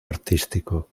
artístico